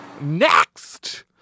Next